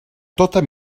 tota